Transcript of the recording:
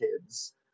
kids